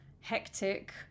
hectic